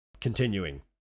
Continuing